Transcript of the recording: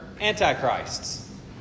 antichrists